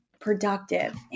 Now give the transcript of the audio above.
productive